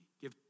give